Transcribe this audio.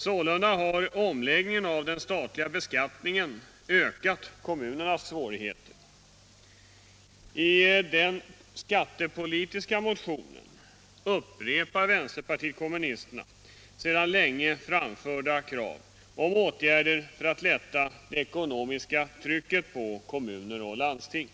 Sålunda har omläggningen av den statliga beskattningen ökat kommunernas svårigheter. I den skattepolitiska motionen upprepar vänsterpartiet kommunisterna sedan länge framförda krav på åtgärder för att lätta det ekonomiska trycket på kommuner och landsting.